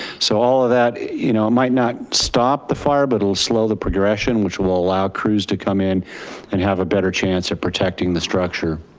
so all of that you know might not stop the fire, but it'll slow the progression which will allow crews to come in and have a better chance at protecting the structure.